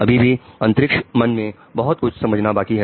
अभी भी अंतरिक्ष मन में बहुत कुछ समझाना बाकी है